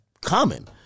common